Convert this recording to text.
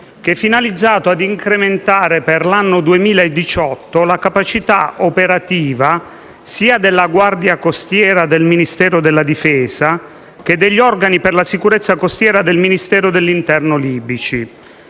2018, finalizzato a incrementare per l'anno 2018 la capacità operativa sia della Guardia costiera del Ministero della difesa sia degli organi per la sicurezza costiera del Ministero dell'interno libico,